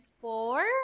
four